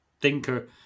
thinker